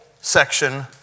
section